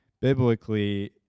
biblically